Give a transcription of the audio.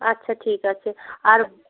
আচ্ছা ঠিক আছে আর